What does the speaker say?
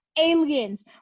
aliens